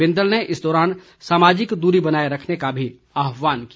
बिंदल ने इस दौरान सामाजिक दूरी बनाए रखने का भी आहवान किया